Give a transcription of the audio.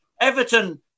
Everton